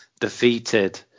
defeated